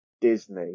Disney